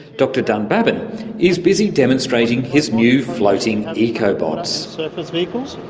dr dunbabin is busy demonstrating his new floating eco-bots, surface vehicles.